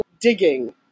digging